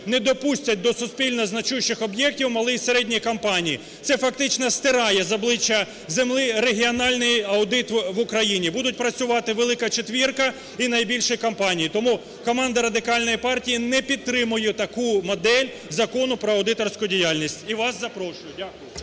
не допустять до суспільно значущих об'єктів малі і середні компанії, це фактично стирає з обличчя регіональний аудит в Україні, будуть працювати "Велика четвірка" і найбільші компанії. Тому команда Радикальної партії не підтримує таку модель Закону про аудиторську діяльність і вас запрошує. Дякую.